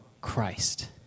Christ